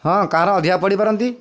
ହଁ କାହାର ଅଧିକା ପଡ଼ିପାରନ୍ତି